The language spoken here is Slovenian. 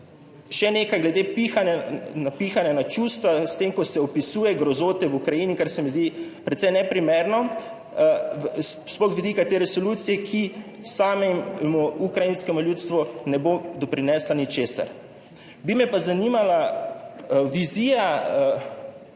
Še nekaj glede pihanja na čustva. S tem, ko se opisuje grozote v Ukrajini, kar se mi zdi precej neprimerno, sploh z vidika te resolucije, ki samem ukrajinskemu ljudstvu ne bo doprinesla ničesar. Bi me pa zanimala vizija